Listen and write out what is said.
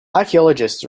archaeologists